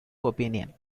opinion